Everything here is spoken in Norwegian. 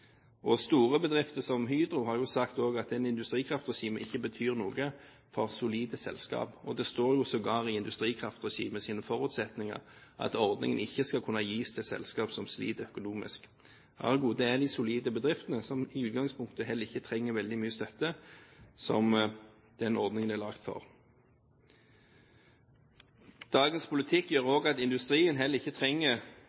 konkurser. Store bedrifter som Hydro har også sagt at industrikraftregimet ikke betyr noe for solide selskaper. Det står sågar i industrikraftregimets forutsetninger at ordningen ikke skal kunne gis til selskaper som sliter økonomisk. Ergo: Det er de solide bedriftene som i utgangspunktet heller ikke trenger veldig mye støtte, som den ordningen er laget for. Dagens politikk gjør